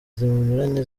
zinyuranye